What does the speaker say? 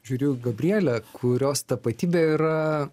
žiūriu į gabrielę kurios tapatybė yra